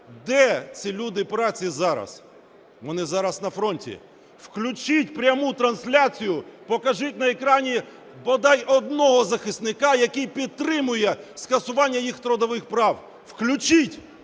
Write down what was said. де ці люди праці зараз? Вони зараз на фронті. Включіть пряму трансляцію, покажіть на екрані бодай одного захисника, який підтримує скасування їх трудових прав. Включіть!